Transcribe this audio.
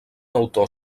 autor